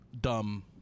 dumb